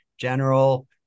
general